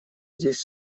здесь